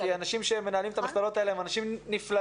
כי האנשים שמנהלים את המכללות האלה הם אנשים נפלאים,